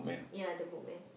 ya the boat man